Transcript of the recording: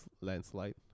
landslide